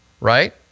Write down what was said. right